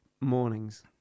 mornings